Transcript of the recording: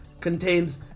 contains